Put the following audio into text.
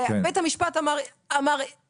בית המשפט אמר X,